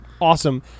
awesome